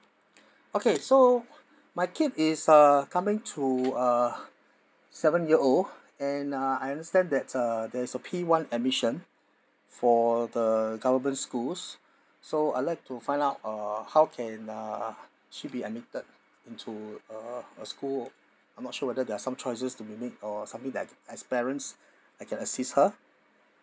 okay so my kid is uh coming uh seven year old and uh I understand that's uh there's a P one admission for the government schools so I'd like to find out uh how can uh she be admitted into a a school I'm not sure whether there're some choices to be made or something like as parents I can assist her